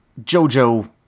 Jojo